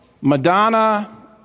Madonna